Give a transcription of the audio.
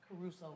Caruso